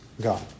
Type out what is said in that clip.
God